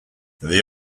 this